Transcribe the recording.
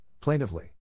plaintively